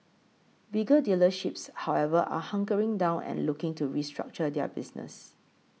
bigger dealerships however are hunkering down and looking to restructure their business